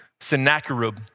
Sennacherib